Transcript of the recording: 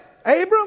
Abram